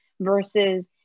versus